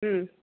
ಹ್ಞೂ